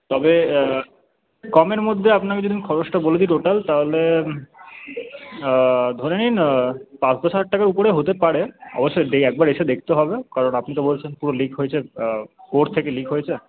তবে কমের মধ্যে আপনাকে যদি আমি খরচটা বলে দিই টোটাল তাহলে ধরে নিন পাঁচশো ষাট টাকার ওপরে হতে পারে অবশ্যই সেই একবার এসে দেখতে হবে কারণ আপনি তো বলছেন পুরো লিক হয়েছে কোর থেকে লিক হয়েছে